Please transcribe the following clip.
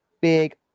big